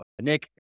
Nick